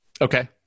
Okay